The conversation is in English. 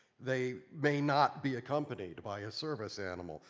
they may not be accompanied by a service animal.